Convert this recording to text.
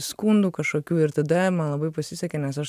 skundų kažkokių ir tada man labai pasisekė nes aš